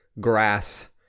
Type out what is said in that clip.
grass